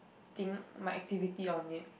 ~ing my activity on it